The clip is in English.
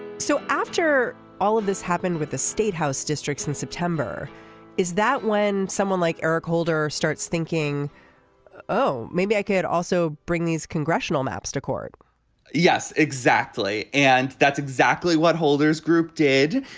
so after all of this happened with the statehouse districts in september is that when someone like eric holder starts thinking oh maybe i can also bring these congressional maps to court yes exactly. and that's exactly what holder's group did